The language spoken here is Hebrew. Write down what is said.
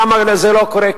אבל למה זה לא קורה,